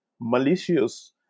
malicious